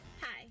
Hi